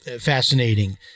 fascinating